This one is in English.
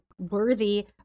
worthy